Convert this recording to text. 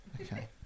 Okay